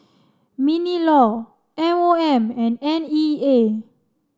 MINLAW M O M and N E A